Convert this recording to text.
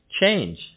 change